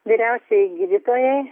vyriausiajai gydytojai